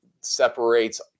separates